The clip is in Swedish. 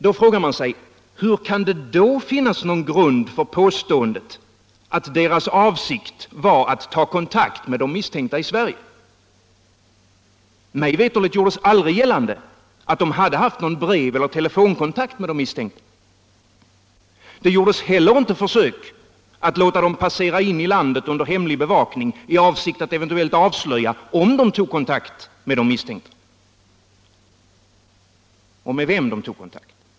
Man frågar sig: Hur kan det då finnas någon grund för påståendet att deras avsikt var att ta kontakt med de misstänkta i Sverige? Mig veterligt gjordes aldrig gällande att de hade haft någon breveller telefonkontakt med de misstänkta. Det gjordes heller inget försök att låta dem passera in i landet under hemlig bevakning, i avsikt att eventuellt avslöja om de tog kontakt med de misstänkta eller med vem de tog kontakt.